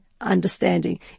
understanding